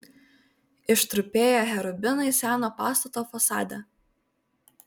ištrupėję cherubinai seno pastato fasade